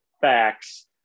facts